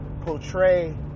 portray